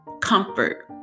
comfort